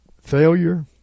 failure